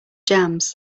jams